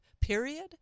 period